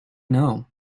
know